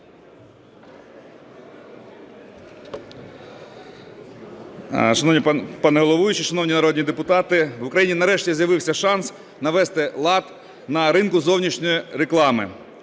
Шановний пане головуючий, шановні народні депутати! В Україні нарешті з'явився шанс навести лад на ринку зовнішньої реклами.